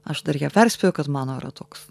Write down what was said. aš dar ją perspėjau kad mano yra toks